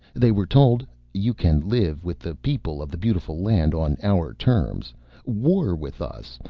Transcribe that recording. they were told you can live with the people of the beautiful land on our terms war with us,